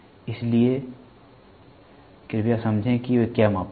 इसलिए कृपया समझें कि वे क्या मापते हैं